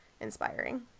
inspiring